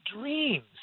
dreams